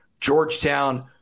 Georgetown